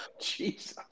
Jesus